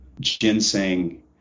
ginseng